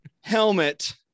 helmet